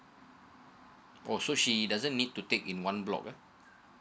oh so she doesn't need to take in one block ah